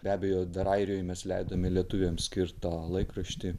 be abejo dar airijoj mes leidome lietuviams skirtą laikraštį